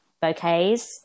bouquets